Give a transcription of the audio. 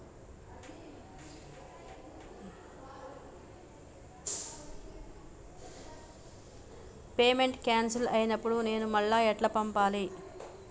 Payment cancel అయినపుడు నేను మళ్ళా ఎట్ల పంపాలే?